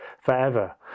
forever